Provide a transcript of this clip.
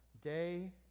day